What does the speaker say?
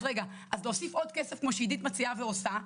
אז להוסיף עוד כסף כמו שעידית מציעה ועושה,